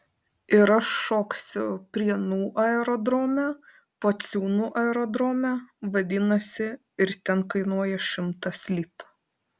ir aš šoksiu prienų aerodrome pociūnų aerodrome vadinasi ir ten kainuoja šimtas litų